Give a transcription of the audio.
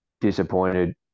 disappointed